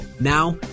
Now